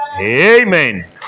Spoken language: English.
Amen